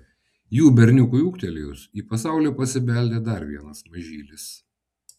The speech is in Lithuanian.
jų berniukui ūgtelėjus į pasaulį pasibeldė dar vienas mažylis